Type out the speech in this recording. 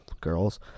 girls